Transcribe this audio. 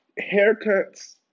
Haircuts